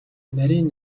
нарийн